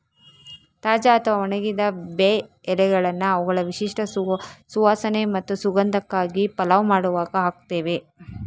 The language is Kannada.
ತಾಜಾ ಅಥವಾ ಒಣಗಿದ ಬೇ ಎಲೆಗಳನ್ನ ಅವುಗಳ ವಿಶಿಷ್ಟ ಸುವಾಸನೆ ಮತ್ತು ಸುಗಂಧಕ್ಕಾಗಿ ಪಲಾವ್ ಮಾಡುವಾಗ ಹಾಕ್ತೇವೆ